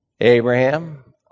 Abraham